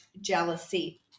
jealousy